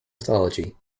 mythology